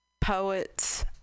Poets